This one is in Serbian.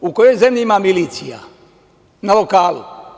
U kojoj zemlji ima milicija na lokalu?